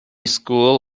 school